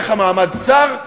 ניתן לך מעמד שר,